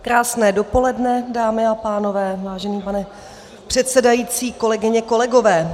Krásné dopoledne, dámy a pánové, vážený pane předsedající, kolegyně, kolegové.